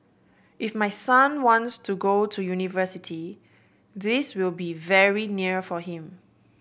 if my son wants to go to university this will be very near for him